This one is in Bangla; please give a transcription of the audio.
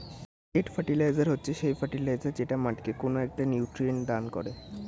স্ট্রেট ফার্টিলাইজার হচ্ছে সেই ফার্টিলাইজার যেটা মাটিকে কোনো একটা নিউট্রিয়েন্ট দান করে